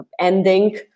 ending